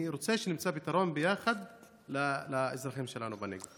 אני רוצה שנמצא פתרון ביחד לאזרחים שלנו בנגב.